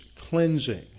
cleansing